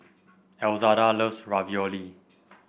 Elzada loves Ravioli